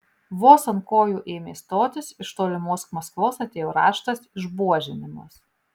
vos ant kojų ėmė stotis iš tolimos maskvos atėjo raštas išbuožinimas